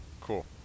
Cool